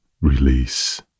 release